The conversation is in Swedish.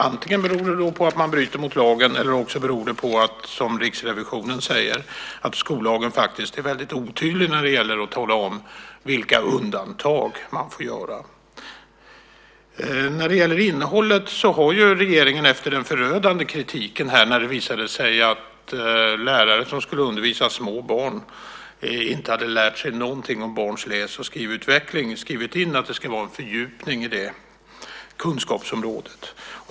Antingen beror det på att man bryter mot lagen, eller också beror det på, som Riksrevisionen säger, att skollagen faktiskt är väldigt otydlig när det gäller att tala om vilka undantag som man får göra. När det gäller innehållet har regeringen, efter den förödande kritiken när det visade sig att lärare som skulle undervisa små barn inte hade lärt sig någonting om barns läs och skrivutveckling, skrivit in att det ska vara en fördjupning inom detta kunskapsområde.